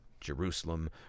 Jerusalem